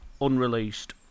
unreleased